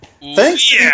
thanks